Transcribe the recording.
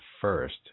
first